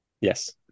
Yes